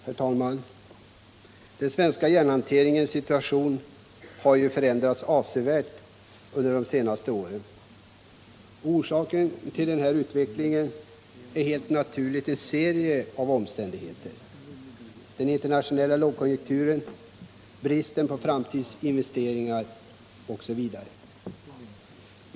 Herr talman! Den svenska järnhanteringens situation har förändrats avsevärt under de senaste åren. Orsaken till denna utveckling är helt naturligt en serie av omständigheter: den internationella lågkonjunkturen, bristen på framtidsinvesteringar osv.